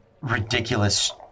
ridiculous